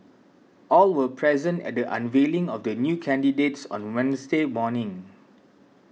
all were present at the unveiling of the new candidates on Wednesday morning